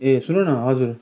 ए सुन न हजुर